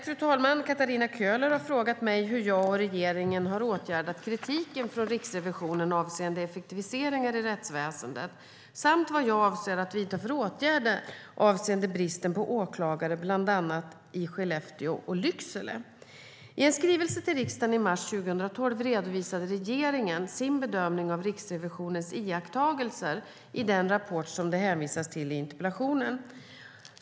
Fru talman! Katarina Köhler har frågat mig hur jag och regeringen har åtgärdat kritiken från Riksrevisionen avseende effektiviseringar i rättsväsendet samt vad jag avser att vidta för åtgärder avseende bristen på åklagare i bland annat Skellefteå och Lycksele. I en skrivelse till riksdagen i mars 2012 redovisade regeringen sin bedömning av Riksrevisionens iakttagelser i den rapport som det hänvisas till i interpellationen.